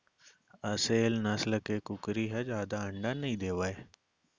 असेल नसल के कुकरी ह जादा अंडा नइ देवय